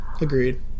agreed